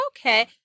Okay